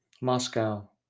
Moscow